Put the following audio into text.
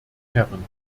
herren